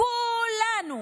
כולנו